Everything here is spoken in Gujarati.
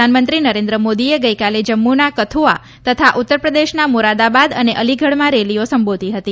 પ્રધાનમંત્રી નરેન્દ્ર મોદીએ ગઈકાલે જમ્મુના કથુઆ તથા ઉત્તર પ્રદેશમાં મોરાદાબાદ અને અલીગઢમાં રેલીઓ સંબોધી હતી